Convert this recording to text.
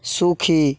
সুখী